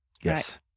Yes